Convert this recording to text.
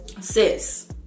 sis